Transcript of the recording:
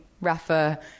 Rafa